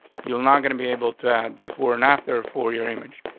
you're not gonna be able to add before and after a four year image.